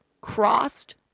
crossed